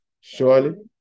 Surely